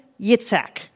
Yitzhak